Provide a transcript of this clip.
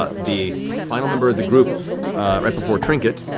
ah the final member of the group right before trinket,